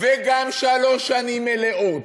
וגם שלוש שנים מלאות.